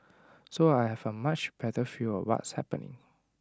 so I have A much better feel of what's happening